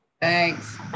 Thanks